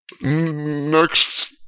Next